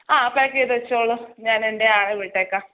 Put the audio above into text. ആ പായ്ക്ക് ചെയ്ത് വച്ചോളൂ ഞാൻ എൻ്റെ ആളെ വിട്ടേക്കാം